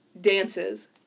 dances